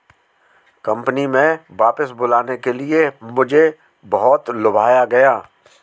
company में वापस बुलाने के लिए मुझे बहुत लुभाया गया